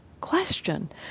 question